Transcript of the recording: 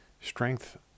strength